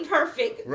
Perfect